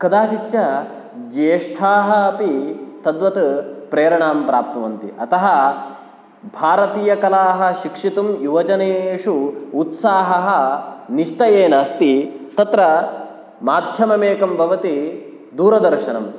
कदाचिच्च ज्येष्ठाः अपि तद्वत् प्रेरणां प्राप्नुवन्ति अतः भारतीयकलाः शिक्षितुं युवजनेषु उत्साहः निश्चयेन अस्ति तत्र माध्यममेकं भवति दूरदर्शनं